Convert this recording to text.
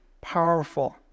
powerful